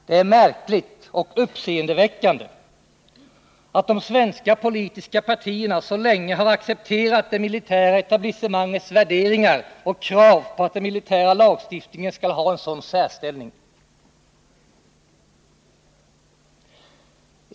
Det är märkligt och uppseendeväckande att de svenska politiska partierna så länge har accepterat det militära etablissemangets värderingar och krav på att den militära lagstiftningen skall ha en sådan särställning.